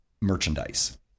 merchandise